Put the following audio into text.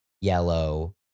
yellow